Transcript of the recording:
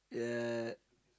yeah